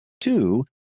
Two